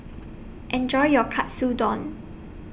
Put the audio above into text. Enjoy your Katsudon